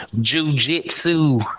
Jiu-jitsu